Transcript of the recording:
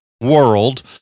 world